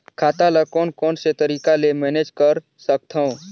खाता ल कौन कौन से तरीका ले मैनेज कर सकथव?